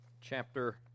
Chapter